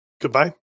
Goodbye